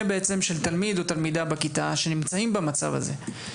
של תלמיד או תלמידה בכיתה שנמצאים במצב הזה.